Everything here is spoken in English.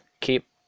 keep